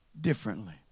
differently